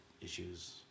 issues